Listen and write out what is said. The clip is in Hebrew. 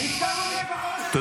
ששש.